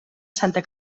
santa